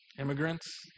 immigrants